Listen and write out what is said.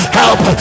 help